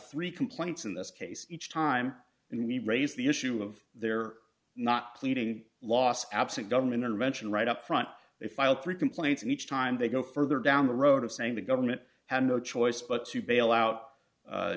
three complaints in this case each time and we raise the issue of there are not pleading lost absent government intervention right up front they filed three complaints each time they go further down the road of saying the government had no choice but to bail out